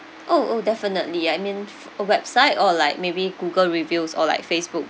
oh oh definitely I mean f~ a website or like maybe google reviews or like facebook